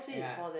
yeah